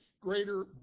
greater